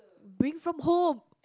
bring from home